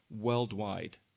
worldwide